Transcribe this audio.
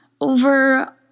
over